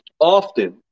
Often